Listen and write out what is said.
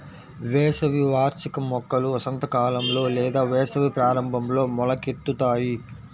వేసవి వార్షిక మొక్కలు వసంతకాలంలో లేదా వేసవి ప్రారంభంలో మొలకెత్తుతాయి